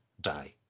die